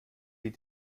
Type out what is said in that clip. die